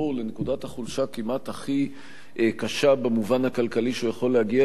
לנקודת החולשה כמעט הכי קשה במובן הכלכלי שהוא יכול להגיע אליה,